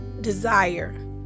desire